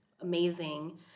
amazing